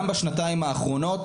גם בשנתיים האחרונות,